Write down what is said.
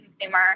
consumer